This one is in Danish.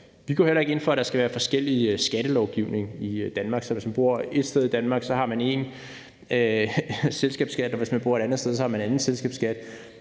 Vi går heller ikke ind for, at der skal være forskellig skattelovgivning i Danmark, sådan at hvis som man bor ét sted i Danmark, har man en selskabsskattesats, og at hvis man bor et andet sted, har man en anden selskabsskattesats.